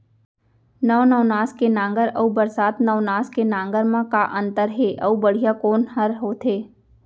नौ नवनास के नांगर अऊ बरसात नवनास के नांगर मा का अन्तर हे अऊ बढ़िया कोन हर होथे?